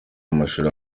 amashuri